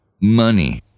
money